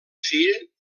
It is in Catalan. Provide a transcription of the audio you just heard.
fill